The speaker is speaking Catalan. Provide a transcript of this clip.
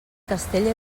castell